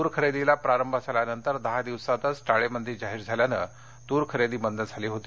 तूर खरेदीला प्रारंभ झाल्यानंतर दहा दिवसातच टाळेबंदी जाहीर झाल्याने तूर खरेदी बंद झाली होती